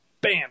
bam